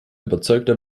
überzeugter